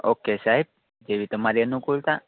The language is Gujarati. ઓકે સાહેબ જેવી તમારી અનુકૂળતા